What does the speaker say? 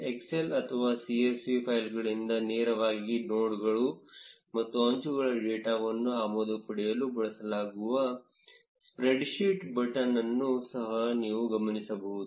excel ಅಥವಾ csv ಫೈಲ್ಗಳಿಂದ ನೇರವಾಗಿ ನೋಡ್ಗಳು ಮತ್ತು ಅಂಚುಗಳ ಡೇಟಾವನ್ನು ಆಮದು ಪಡೆಯಲು ಬಳಸಲಾಗುವ ಸ್ಪ್ರೆಡ್ಶೀಟ್ ಬಟನ್ ಅನ್ನು ಸಹ ನೀವು ಗಮನಿಸಬಹುದು